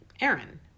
Aaron